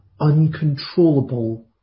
uncontrollable